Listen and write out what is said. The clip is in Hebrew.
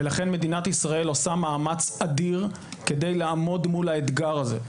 ולכן מדינת ישראל עושה מאמץ אדיר כדי לעמוד מול האתגר הזה.